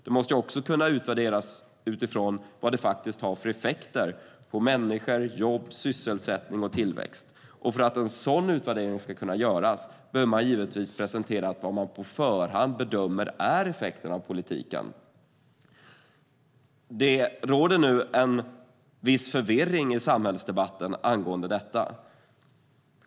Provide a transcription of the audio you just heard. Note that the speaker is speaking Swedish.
Den måste också kunna utvärderas efter de faktiska effekterna på människor, jobb, sysselsättning och tillväxt. För att en sådan utvärdering ska kunna göras behöver regeringen givetvis presentera vilka effekter den bedömer att politiken leder till på förhand. Det råder nu viss förvirring i samhällsdebatten om detta.